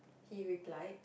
he replied